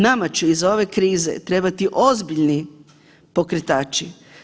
Nama će iz ove krize trebati ozbiljni pokretači.